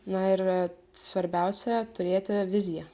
na ir svarbiausia turėti viziją